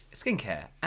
skincare